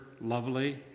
lovely